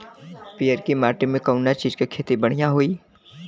पियरकी माटी मे कउना चीज़ के खेती बढ़ियां होई?